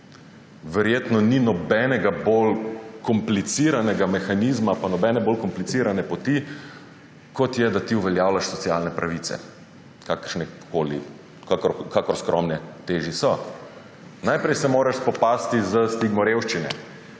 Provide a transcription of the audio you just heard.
Verjetno ni nobenega bolj kompliciranega mehanizma pa nobene bolj komplicirane poti, kot je, da ti uveljavljaš socialne pravice, kakor skromne že te so. Najprej se moraš spopasti s stigmo revščine,